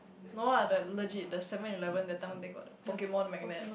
no ah like legit the Seven-Eleven that time one day got the Pokemon magnets